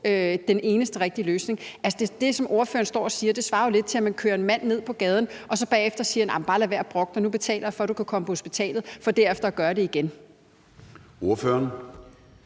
den eneste rigtige løsning. Altså, det, som ordføreren står og siger, svarer jo lidt til, at man kører en mand ned på gaden og så bagefter siger: Bare lad være med at brokke dig, nu betaler jeg for, at du kan komme på hospitalet. Og derefter gør man det igen. Kl.